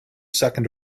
second